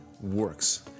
works